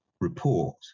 report